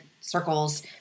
circles